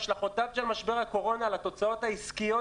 השלכותיו של משבר הקורונה על התוצאות העסקיות,